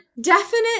definite